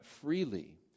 freely